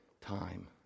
time